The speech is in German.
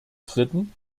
dritten